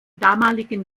damaligen